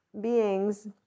beings